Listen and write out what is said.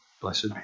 Blessed